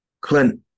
Clint